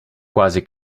quasi